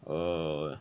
uh